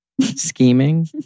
scheming